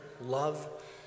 love